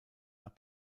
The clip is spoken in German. nach